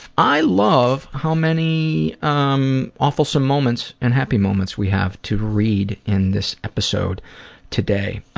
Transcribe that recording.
i love how many um awfulsome moments and happy moments we have to read in this episode today.